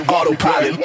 Autopilot